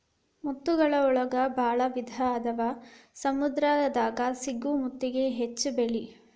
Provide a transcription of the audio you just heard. ಮುತ್ತುಗಳ ಒಳಗು ಭಾಳ ವಿಧಾ ಅದಾವ ಸಮುದ್ರ ದಾಗ ಸಿಗು ಮುತ್ತಿಗೆ ಹೆಚ್ಚ ಬೆಲಿ